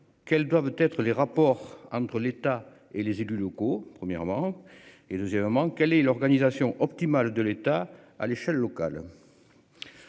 quelles doivent être les rapports entre l'état et les élus locaux, premièrement et deuxièmement quelle est l'organisation optimale de l'État à l'échelle locale.